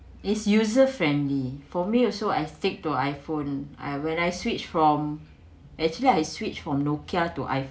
is user friendly for me also I stick to I_phone I when I switch from actually I switch from Nokia to